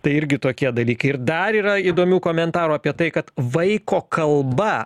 tai irgi tokie dalykai ir dar yra įdomių komentarų apie tai kad vaiko kalba